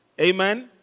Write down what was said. Amen